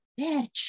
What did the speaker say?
bitch